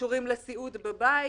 קשורים לסיעוד בבית,